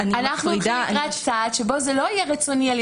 אנחנו הולכים לקראת מצב שבו זה לא יהיה רצוני על